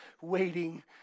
waiting